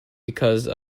because